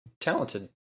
talented